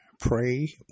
pray